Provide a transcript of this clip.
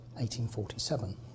1847